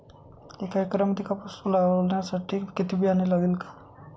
एका एकरामध्ये कापूस लावण्यासाठी किती बियाणे लागेल?